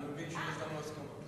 אני מבין שיש לנו הסכמות.